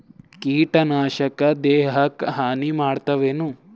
ಕೀಟನಾಶಕ ದೇಹಕ್ಕ ಹಾನಿ ಮಾಡತವೇನು?